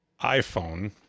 iPhone